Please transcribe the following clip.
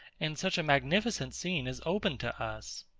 and such a magnificent scene is opened to us?